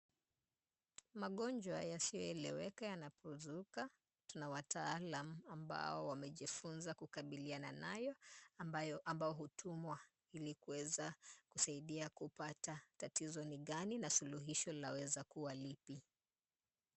Magonjwa yasiyoeleweka yanapozuka. Tuna wataalam ambao wamejifunza kukabiliana nayo, ambayo ambao hutumwa ili kuweza kusaidia kupata tatizo ni gani na suluhisho linaweza kuwa lipi.